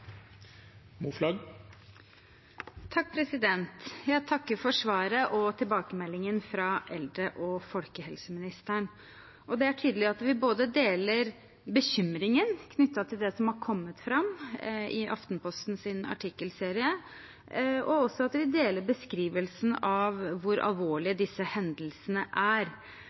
tydelig at vi deler bekymringen knyttet til det som har kommet fram i Aftenpostens artikkelserie, og at vi også deler beskrivelsen av hvor alvorlige disse hendelsene er.